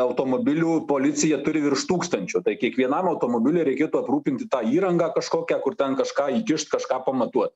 automobilių policija turi virš tūkstančio tai kiekvienam automobiliui reikėtų aprūpinti tą įrangą kažkokią kur ten kažką įkišt kažką pamatuot